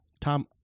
Tom